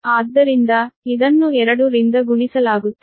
ಆದ್ದರಿಂದ ಇದನ್ನು 2 ರಿಂದ ಗುಣಿಸಲಾಗುತ್ತದೆ